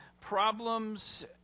problems